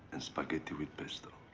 and spaghetti with pesto.